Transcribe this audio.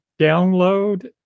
download